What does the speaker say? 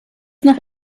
nach